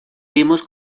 vimos